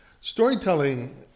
Storytelling